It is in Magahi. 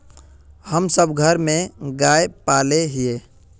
हम सब घर में गाय पाले हिये?